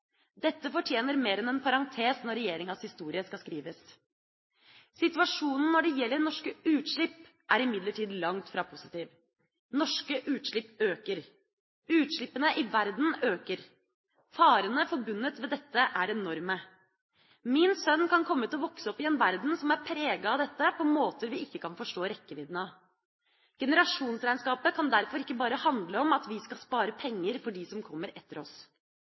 Dette fortjener mer enn en parentes når regjeringas historie skal skrives. Situasjonen når det gjelder norske utslipp, er imidlertid langt fra positiv. Norske utslipp øker. Utslippene i verden øker. Farene forbundet med dette er enorme. Min sønn kan komme til å vokse opp i en verden som er preget av dette på måter vi ikke kan forstå rekkevidden av. Generasjonsregnskapet kan derfor ikke bare handle om at vi skal spare penger for dem som kommer etter oss.